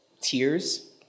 tears